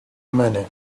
منه